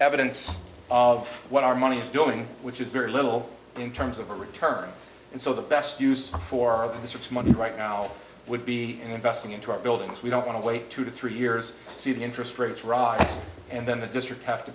evidence of what our money is doing which is very little in terms of a return and so the best use for this it's money right now would be investing into our buildings we don't want to wait two to three years see the interest rates rise and then the district have to